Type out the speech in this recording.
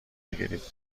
بگیرید